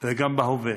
וגם בהווה,